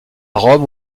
rome